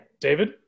David